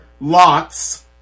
Lot's